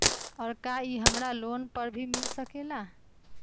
और का इ हमरा लोन पर भी मिल सकेला?